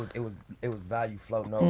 it was it was value floating um